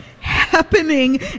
happening